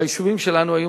ביישובים שלנו היו